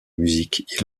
musique